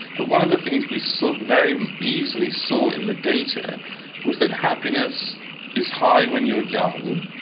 but one of the things we saw very easily saw in the data was that happiness is high when you're young,